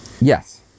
yes